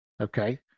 Okay